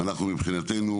מבחינתנו,